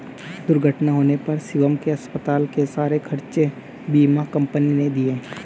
दुर्घटना होने पर शिवम के अस्पताल के सारे खर्चे बीमा कंपनी ने दिए